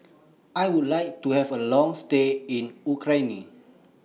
I Would like to Have A Long stay in Ukraine